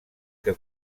que